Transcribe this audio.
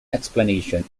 explanation